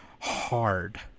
hard